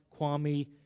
Kwame